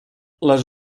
les